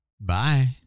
Bye